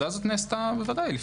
ודאי.